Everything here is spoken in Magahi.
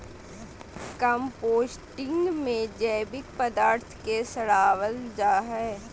कम्पोस्टिंग में जैविक पदार्थ के सड़ाबल जा हइ